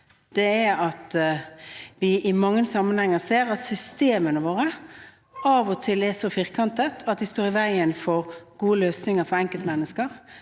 av, er at vi i mange sammenhenger ser at systemene våre av og til er så firkantet at de står i veien for gode løsninger for enkeltmennesker.